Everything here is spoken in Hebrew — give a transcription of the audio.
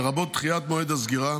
לרבות דחיית מועד הסגירה.